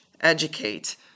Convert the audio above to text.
educate